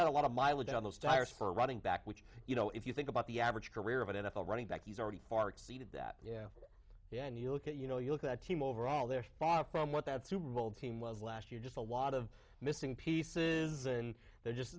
ot a lot of mileage on those tires for a running back which you know if you think about the average career of an n f l running back he's already far exceeded that yeah yeah and you look at you know you look at team overall they're far from what that super bowl team was last year just a lot of missing pieces and they're just